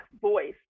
voice